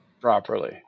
properly